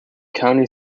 county